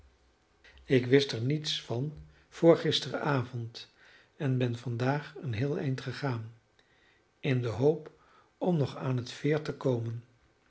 ik wist er niets van voor gisteravond en ben vandaag een heel eind gegaan in de hoop om nog aan het veer te komen